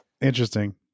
interesting